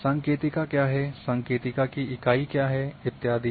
सांकेतिका क्या है सांकेतिका की इकाई क्या है इत्यादि